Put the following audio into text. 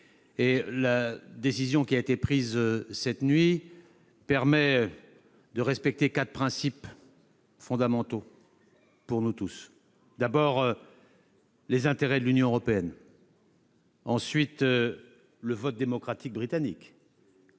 La décision qui a été prise cette nuit permet de respecter quatre principes fondamentaux pour nous tous : les intérêts de l'Union européenne ; le vote démocratique britannique